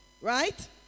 Right